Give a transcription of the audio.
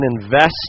invest